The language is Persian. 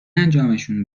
انجامشون